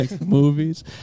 movies